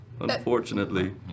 unfortunately